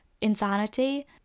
insanity